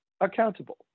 accountable